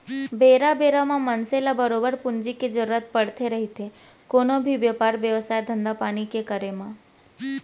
बेरा बेरा म मनसे ल बरोबर पूंजी के जरुरत पड़थे रहिथे कोनो भी बेपार बेवसाय, धंधापानी के करे म